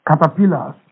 Caterpillars